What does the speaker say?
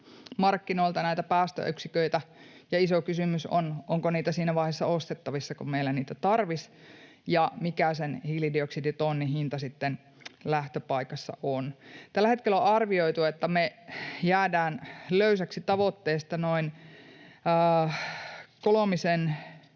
markkinoilta näitä päästöyksiköitä, ja iso kysymys on, onko niitä siinä vaiheessa ostettavissa, kun meillä niitä tarvittaisiin, ja mikä sen hiilidioksiditonnin hinta sitten lähtöpaikassa on. Tällä hetkellä on arvioitu, että me jäädään löysäksi tavoitteesta noin kolmisen